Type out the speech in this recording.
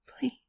Please